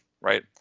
right